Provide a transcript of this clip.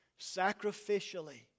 sacrificially